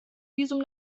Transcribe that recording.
visum